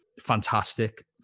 Fantastic